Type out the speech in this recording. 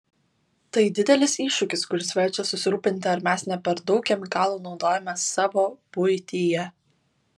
tai didelis iššūkis kuris verčia susirūpinti ar mes ne per daug chemikalų naudojame savo buityje